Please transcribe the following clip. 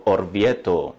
Orvieto